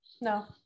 No